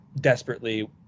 desperately